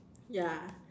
ya